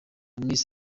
miss